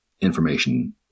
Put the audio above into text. information